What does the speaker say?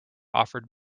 offered